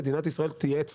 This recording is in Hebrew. יש אנשים שבמקום